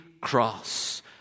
cross